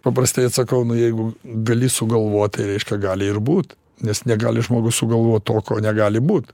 paprastai atsakau na jeigu gali sugalvot tai reiškia gali ir būt nes negali žmogus sugalvot to ko negali būt